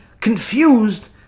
confused